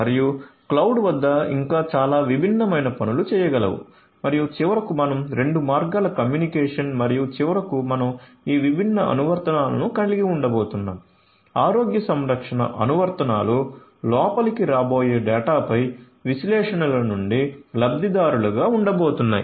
మరియు క్లౌడ్ వద్ద ఇంకా చాలా విభిన్నమైన పనులు చేయగలవు మరియు చివరకు మనం రెండు మార్గాల కమ్యూనికేషన్ మరియు చివరకు మనం ఈ విభిన్న అనువర్తనాలను కలిగి ఉండబోతున్నాము ఆరోగ్య సంరక్షణ అనువర్తనాలు లోపలికి రాబోయే డేటాపై విశ్లేషణల నుండి లబ్ధిదారులుగా ఉండబోతున్నాయి